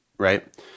Right